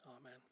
Amen